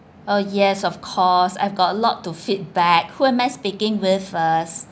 uh yes of course I've got a lot to feedback who am I speaking with first